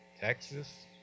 Texas